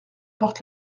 portent